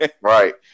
right